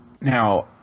Now